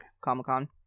Comic-Con